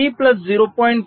3 plus 0